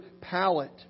palate